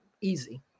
easy